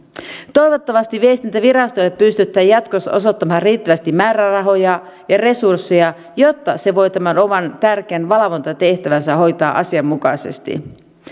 toivottavasti viestintävirastolle pystytään jatkossa osoittamaan riittävästi määrärahoja ja resursseja jotta se voi tämän oman tärkeän valvontatehtävänsä hoitaa asianmukaisesti